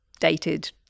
dated